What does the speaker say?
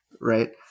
right